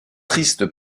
triste